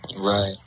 Right